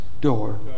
door